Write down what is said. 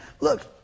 look